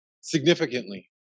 significantly